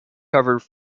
covered